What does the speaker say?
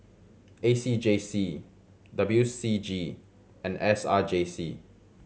A C J C W C G and S R J C